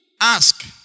Ask